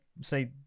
say